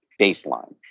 baseline